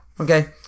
Okay